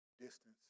distance